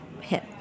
hit